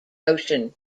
ocean